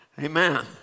Amen